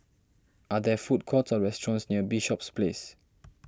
are there food courts or restaurants near Bishops Place